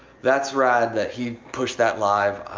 that's rad that he pushed that live,